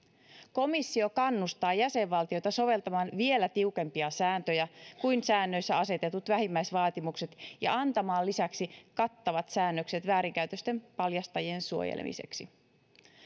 komissio kannustaa jäsenvaltioita soveltamaan vielä tiukempia sääntöjä kuin säännöissä asetetut vähimmäisvaatimukset ja antamaan lisäksi kattavat säännökset väärinkäytösten paljastajien suojelemiseksi